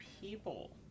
people